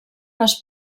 les